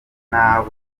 n’abo